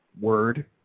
Word